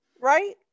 Right